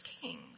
Kings